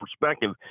perspective